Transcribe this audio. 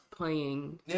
Playing